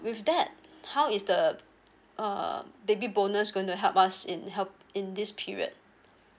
with that how is the uh baby bonus gonna help us in help in this period